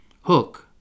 Hook